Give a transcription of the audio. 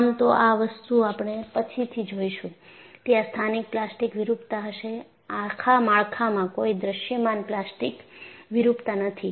આમ તો આ વસ્તુ આપણે પછીથી જોઈશું ત્યાં સ્થાનિક પ્લાસ્ટિક વિરૂપતા હશે આખા માળખામાં કોઈ દૃશ્યમાન પ્લાસ્ટિક વિરૂપતા નથી